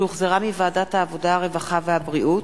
שהחזירה ועדת העבודה, הרווחה והבריאות,